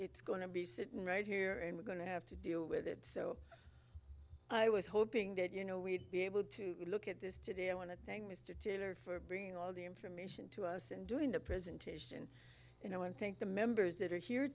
it's going to be sitting right here and we're going to have to deal with it so i was hoping that you know we'd be able to look at this today i want to thank mr turner for bringing all the information to us and doing a presentation you know and thank the members that are here